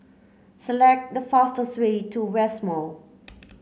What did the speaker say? select the fastest way to West Mall